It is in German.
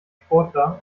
sportler